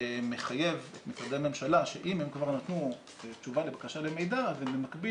מחייב משרדי ממשלה שאם הם כבר נתנו תשובה לבקשה למידע אז הם במקביל